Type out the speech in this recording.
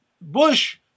Bush